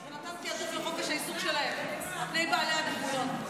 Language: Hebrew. בג"ץ התערב --- ונתן תיעדוף לחופש העיסוק שלהם על פני בעלי הנכויות.